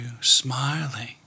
smiling